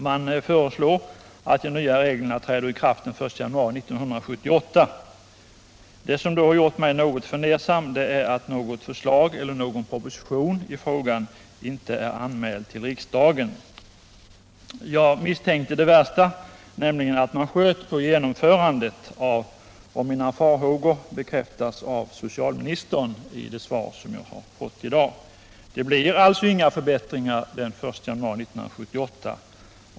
Man föreslår att de nya reglerna träder i kraft den 1 januari 1978. Det som gjort mig något fundersam är att något förslag eller någon proposition i frågan inte är anmäld till riksdagen. Jag misstänkte det värsta, nämligen att man sköt på genomförandet. Och mina farhågor bekräftas av socialministern i det svar jag fått. Det blir alltså inga förbättringar den 1 januari 1978.